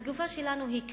התגובה שלנו היא כזאת: